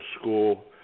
school